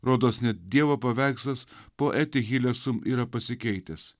rodos net dievo paveikslas poetihilesum yra pasikeitęs